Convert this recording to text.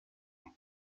mer